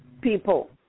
people